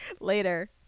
Later